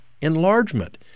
enlargement